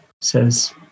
says